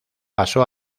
pasó